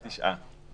תשעה.